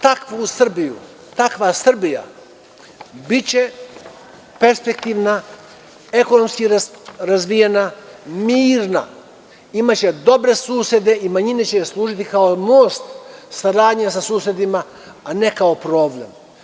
Takva Srbija biće perspektivna, ekonomski razvijena, mirna, imaće dobre susede i manjine će služiti kao most saradnje sa susedima, a ne kao problem.